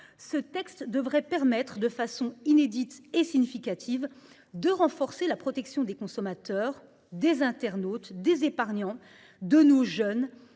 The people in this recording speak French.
ce texte permet, de manière inédite et significative, de renforcer la protection des consommateurs, des internautes, des épargnants, de nos jeunes